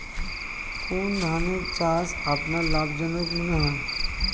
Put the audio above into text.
কোন ধানের চাষ আপনার লাভজনক মনে হয়?